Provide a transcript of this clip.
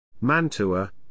Mantua